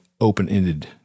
open-ended